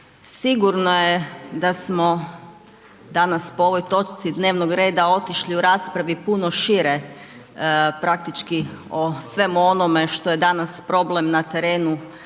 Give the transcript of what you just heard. Sigurno je da smo danas po ovoj točci dnevnog reda otišli u raspravi puno šire, praktički o svemu onome što je danas problem na terenu